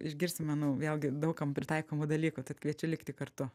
išgirsim manau vėlgi daug kam pritaikomų dalykų tad kviečiu likti kartu